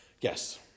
Yes